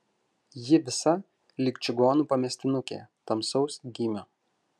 ji visa lyg čigonų pamestinukė tamsaus gymio